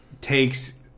takes